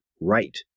right